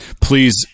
Please